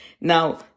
Now